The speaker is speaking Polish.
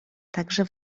także